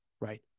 right